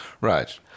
Right